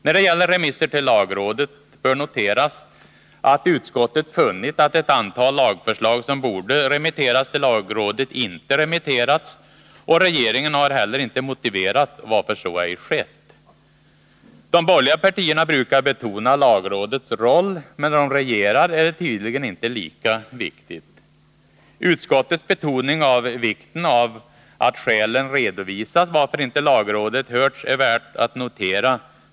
När det gäller remisser till lagrådet bör noteras att utskottet funnit att ett antal lagförslag som borde ha remitterats till lagrådet inte remitterats, och regeringen har heller inte motiverat varför så ej skett. De borgerliga partierna brukar betona lagrådets roll, men när de regerar är det tydligen inte lika viktigt. Det bör noteras att utskottet betonat vikten av att skälen till att lagrådet inte hörts blir redovisade.